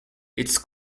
its